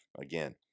Again